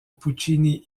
puccini